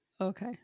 Okay